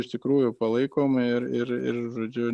iš tikrųjų palaikom ir ir ir žodžiu